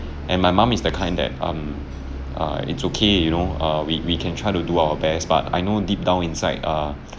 and my mom is the kind that um uh it's okay you know uh we we can try to do our best but I know deep down inside err